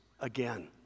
again